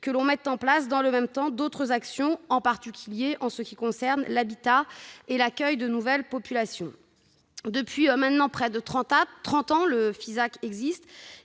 que l'on mette en place, dans le même temps, d'autres actions, en particulier en ce qui concerne l'habitat et l'accueil de nouvelles populations. Le FISAC existe